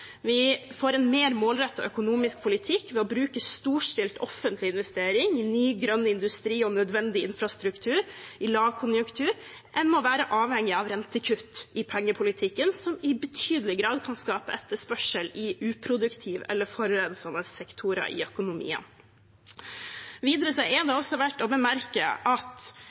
Vi får en mer målrettet økonomisk politikk ved å bruke storstilt offentlig investering i ny grønn industri og nødvendig infrastruktur i lavkonjunktur enn å være avhengig av rentekutt i pengepolitikken, som i betydelig grad kan skape etterspørsel i uproduktive eller forurensende sektorer i økonomien. Videre er det også verdt å bemerke at